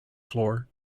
floor